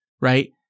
right